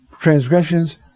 transgressions